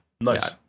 Nice